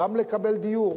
גם לקבל דיור,